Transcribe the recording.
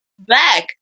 back